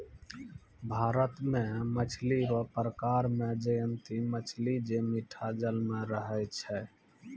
भारत मे मछली रो प्रकार मे जयंती मछली जे मीठा जल मे रहै छै